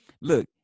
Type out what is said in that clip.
Look